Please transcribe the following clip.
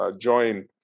join